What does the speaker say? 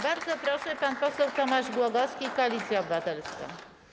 Bardzo proszę, pan poseł Tomasz Głogowski, Koalicja Obywatelska.